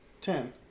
Ten